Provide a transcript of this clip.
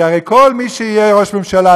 כי הרי כל מי שיהיה ראש ממשלה,